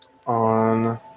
on